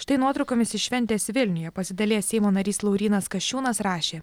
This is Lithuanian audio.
štai nuotraukomis iš šventės vilniuje pasidalijęs seimo narys laurynas kasčiūnas rašė